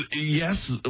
yes